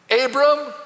Abram